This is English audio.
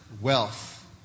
wealth